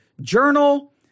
journal